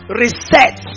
reset